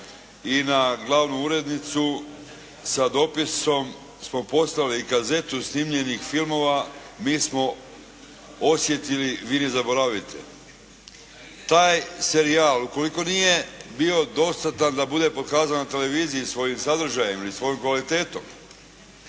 i na glavnu urednicu sa dopisom smo postali kazetu snimljenih filmova "Mi smo osjetili, vi ne zaboravite.". Taj serijal ukoliko nije bio dostatan da bude pokazan na televiziji svojim sadržajem ni svojom kvalitetom